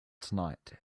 tonight